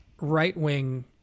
right-wing